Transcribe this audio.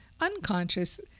unconscious